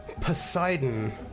Poseidon